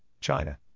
China